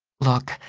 look,